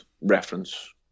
reference